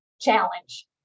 challenge